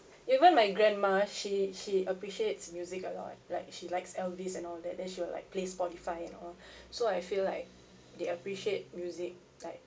even my grandma she she appreciates music a lot like she likes elvis and all that then she will like play spotify and all so I feel like they appreciate music like